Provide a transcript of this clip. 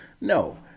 No